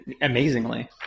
Amazingly